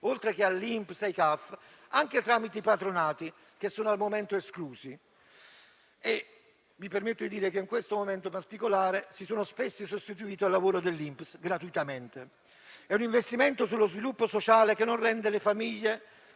oltre che all'INPS e ai CAF, anche tramite i patronati, che sono al momento esclusi e che - mi permetto di dire - in questo momento particolare si sono spesso gratuitamente sostituiti al lavoro dell'INPS. È un investimento sullo sviluppo sociale che non rende le famiglie